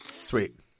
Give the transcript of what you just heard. Sweet